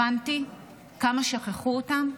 הבנתי כמה שכחו אותם,